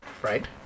Right